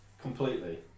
Completely